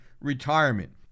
retirement